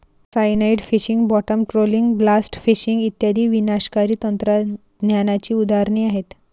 cyanide fishing, bottom trawling, blast fishing इत्यादी विनाशकारी तंत्रज्ञानाची उदाहरणे आहेत